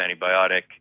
antibiotic